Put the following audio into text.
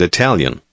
Italian